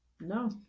no